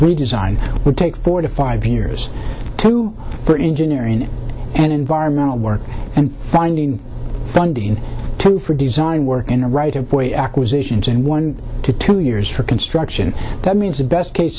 redesign would take four to five years to for engineering and environmental work and finding funding to for design work in a right of way acquisitions and one to two years for construction that means the best case